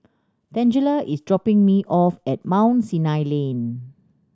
Tangela is dropping me off at Mount Sinai Lane